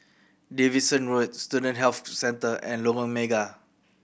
Davidson Road Student Health Centre and Lorong Mega